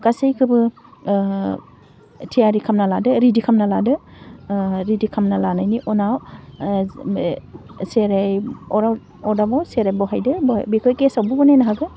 गासैखोबो थियारि खालामना लादो रेदि खालामना लादो रेदि खालामना लानायनि उनाव साराइ अराव अदाबाव साराइ बहायदो बहाय बेखौ गेसआवबो बनायनो हागोन